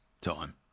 time